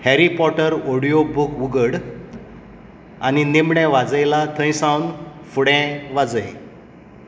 Harry Potter audiobook उघड आनी निमाणे वाजयला थंय सावन फुडें वाजय